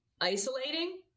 isolating